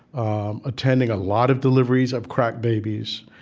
um attending a lot of deliveries of crack babies.